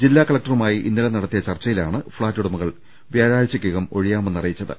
ജില്ലാ കലക്ടറുമായി ഇന്നലെ നടത്തിയ ചർച്ച യിലാണ് ഫ്ളാറ്റുടമകൾ വ്യാഴാഴ്ചയ്ക്കകം ഒഴിയാമെന്ന് അറിയിച്ചത്